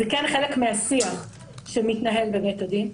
זה כן חלק מהשיח שמתנהל בבית הדין,